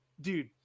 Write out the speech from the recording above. dude